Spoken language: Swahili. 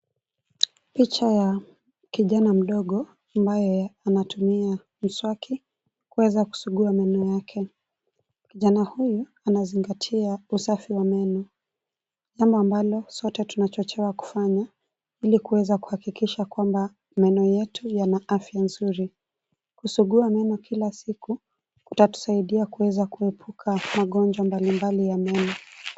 Picha ya kijana mdogo ambaye anatumia mswaki kuweza kusugua meno yake. Kijana huyu anazingatia usafi wa meno jambo ambalo sote tunachochewa kufanya ili kuweza kuhakikisha kwamba meno yetu yana afya nzuri. Kusugua meno kila siku kutatusaidia kueza kuepuka magonjwa mbali mbali ya meno.